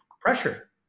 pressure